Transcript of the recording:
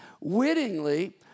wittingly